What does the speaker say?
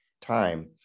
time